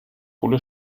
kohle